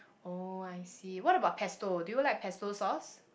oh I see what about pesto do you like pesto sauce